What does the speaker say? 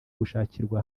gushakirwa